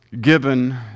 given